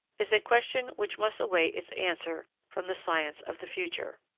is a question which must await its answer from the science of the future.